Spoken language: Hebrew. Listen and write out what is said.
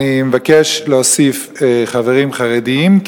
אני מבקש להוסיף חברים חרדים,